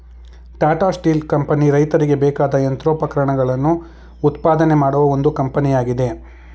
Tata steel company ರೈತರಿಗೆ ಬೇಕಾದ ಯಂತ್ರೋಪಕರಣಗಳನ್ನು ಉತ್ಪಾದನೆ ಮಾಡುವ ಒಂದು ಕಂಪನಿಯಾಗಿದೆ